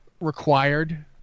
required